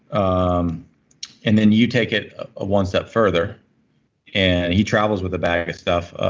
um and then, you take it ah one step further and he travels with a bag of stuff.